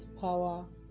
power